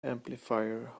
amplifier